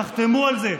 תחתמו על זה.